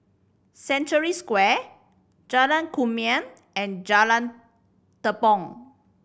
Century Square Jalan Kumia and Jalan Tepong